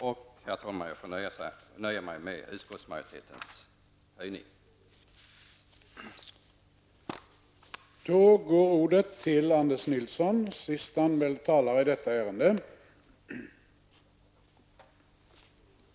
Jag får alltså nöja mig med utskottsmajoritetens höjning.